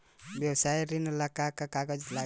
व्यवसाय ऋण ला का का कागज लागी?